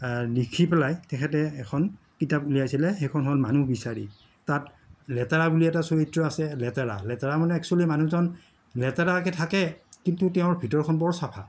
লিখি পেলাই তেখেতে এখন কিতাপ উলিয়াইছিলে সেইখন হ'ল মানুহ বিচাৰি তাত লেতেৰা বুলি এটা চৰিত্ৰ আছে লেতেৰা লেতেৰা মানে একচ্যুৱেলি মানুহজন লেতেৰাকে থাকে কিন্তু তেওঁৰ ভিতৰখন বৰ চাফা